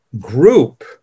group